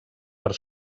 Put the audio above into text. per